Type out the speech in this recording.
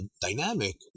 dynamic